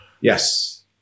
Yes